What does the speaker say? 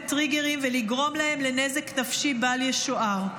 טריגרים ולגרום להם נזק נפשי בעל ישוער.